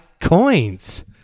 Coins